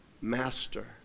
master